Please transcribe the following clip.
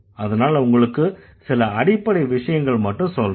அதனால உங்களுக்கு சில அடிப்படை விஷயங்கள் மட்டும் சொல்றேன்